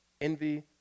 envy